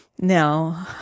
No